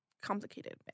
complicated